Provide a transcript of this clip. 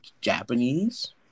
Japanese